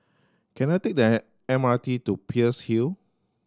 can I take the M R T to Peirce Hill